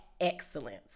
excellence